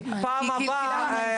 בפעם הבאה,